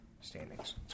standings